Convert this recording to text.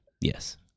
Yes